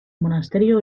monasterio